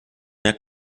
mehr